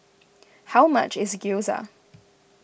how much is Gyoza